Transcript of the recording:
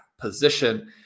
position